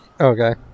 Okay